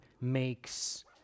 makes